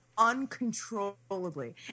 uncontrollably